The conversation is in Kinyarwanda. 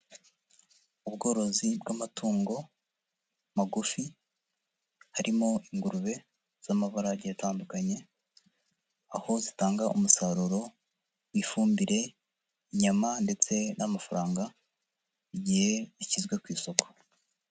Ubworozi bw'amatungo magufi, harimo ingurube z'amabara agiye atandukanye, aho zitanga umusaruro w'ifumbire, inyama ndetse n'amafaranga, igihe bishyizwe ku isoko.